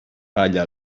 palla